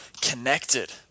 connected